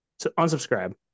unsubscribe